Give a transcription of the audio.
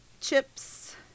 Chips